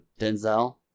Denzel